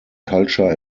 culture